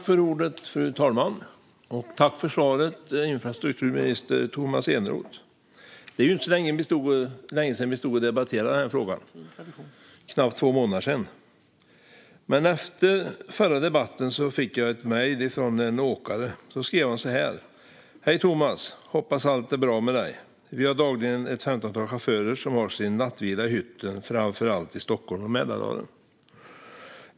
Fru talman! Tack för svaret, infrastrukturminister Tomas Eneroth! Det är inte så länge sedan vi stod och debatterade den här frågan, knappt två månader sedan. Efter förra debatten fick jag ett mejl från en åkare. Han skrev så här: Hej Thomas! Hoppas allt är bra med dig. Vi har dagligen ett femtontal chaufförer som har sin nattvila i hytten, framför allt i Stockholm och Mälardalen.